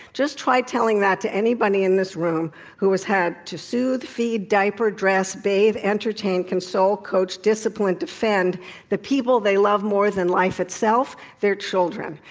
just try telling that to anybody in this room who has had to soothe, feed, diaper, dress, bathe, entertain, console, coach, discipline, defend the people they love more than life itself their children.